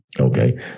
okay